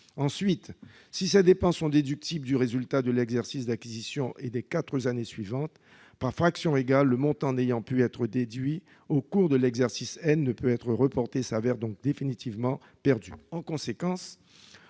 Ensuite, si ces dépenses sont déductibles du résultat de l'exercice d'acquisition et des quatre années suivantes, par fractions égales, le montant n'ayant pu être déduit au cours de l'exercice « n » ne peut être reporté. Il est donc définitivement perdu.